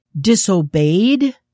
disobeyed